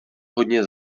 hodně